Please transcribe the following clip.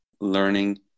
learning